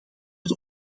het